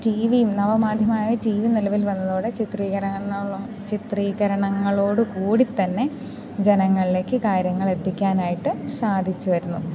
tea വിയും നവമാധ്യമായ TV നിലവിൽ വന്നതോടെ ചിത്രീകരണങ്ങളോ ചിത്രീകരണങ്ങളോടു കൂടി തന്നെ ജനങ്ങളിലേക്ക് കാര്യങ്ങൾ എത്തിക്കാനായിട്ട് സാധിച്ചു വരുന്നു